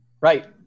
Right